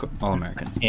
All-American